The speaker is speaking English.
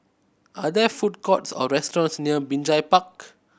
are there food courts or restaurants near Binjai Park